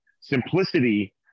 simplicity